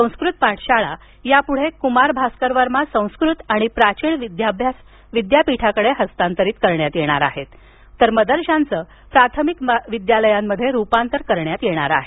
संस्कृत पाठशाळा आता कुमार भास्कर वर्मा संस्कृत आणि प्राचीन विद्याभ्यास विद्यापीठाकडे हस्तांतरित करण्यात येणार असून मदरशांचं माध्यमिक विद्यालयांमध्ये रुपांतर करण्यात येणार आहे